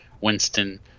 Winston